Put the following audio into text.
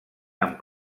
amb